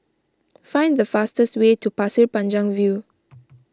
find the fastest way to Pasir Panjang View